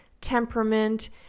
temperament